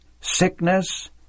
sickness